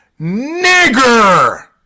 nigger